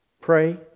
Pray